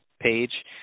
page